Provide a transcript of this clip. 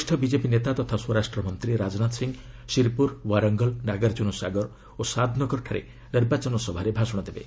ବରିଷ୍ଣ ବିକେପି ନେତା ତଥା ସ୍ୱରାଷ୍ଟ୍ରମନ୍ତ୍ରୀ ରାଜନାଥ ସିଂ ଶିର୍ପୁର ଓ୍ୱାରଙ୍ଗଲ୍ ନାଗାର୍ଜୁନ ସାଗର ଓ ଶାଦ୍ନଗରଠାରେ ନିର୍ବାଚନ ସଭାରେ ଭାଷଣ ଦେବେ